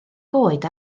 goed